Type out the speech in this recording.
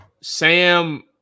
Sam